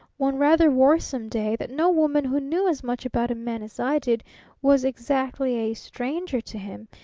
one rather worrisome day, that no woman who knew as much about a man as i did was exactly a stranger to him.